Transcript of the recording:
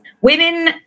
Women